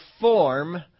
form